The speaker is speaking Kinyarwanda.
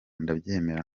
ndabyemera